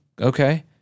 okay